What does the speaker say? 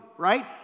Right